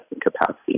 capacity